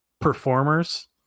performers